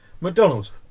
McDonald's